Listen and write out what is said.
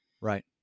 Right